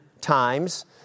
times